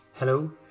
Hello